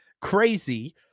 crazy